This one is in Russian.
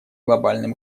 глобальным